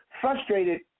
frustrated